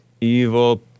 Evil